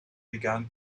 began